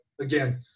again